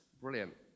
Brilliant